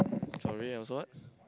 sorry I was what